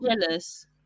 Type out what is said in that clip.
jealous